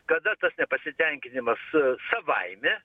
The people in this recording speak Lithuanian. kada tas nepasitenkinimas savaime